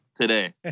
Today